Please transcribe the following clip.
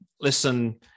listen